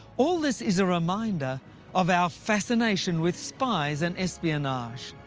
all this is a reminder of our fascination with spies and espionage.